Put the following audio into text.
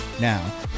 Now